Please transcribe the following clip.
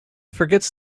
forgets